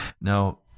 Now